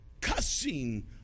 cussing